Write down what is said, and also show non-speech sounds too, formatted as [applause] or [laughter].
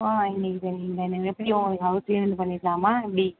ஆ இன்னிக்கு இந்த [unintelligible] எப்படி உங்களுக்கு ஹவுஸ்லேயே வந்து பண்ணிக்கலாமா எப்படி